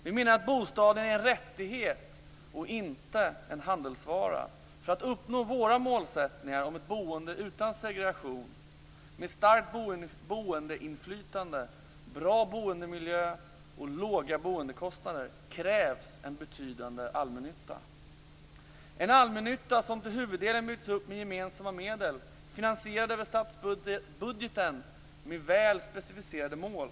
Vi menar att bostaden är en rättighet, och inte en handelsvara. För att uppnå våra målsättningar om ett boende utan segregation, med starkt boendeinflytande, bra boendemiljö och låga boendekostnader krävs en betydande allmännytta. Det krävs en allmännytta som till huvuddelen byggts upp med gemensamma medel, finansierade över statsbudgeten, med väl specificerade mål.